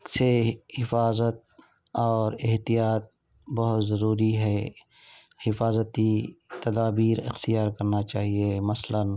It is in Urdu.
سے حفاظت اور احتیاط بہت ضروری ہے حفاظتی تدابیر اختیار کرنا چاہیے مثلاً